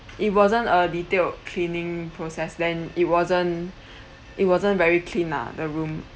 it wasn't a detailed cleaning process then it wasn't it wasn't very clean lah the room